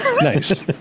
Nice